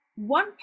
One